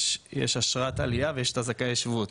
יש אשרת עלייה ויש את זכאי השבות.